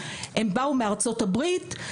הם באו מארצות הברית,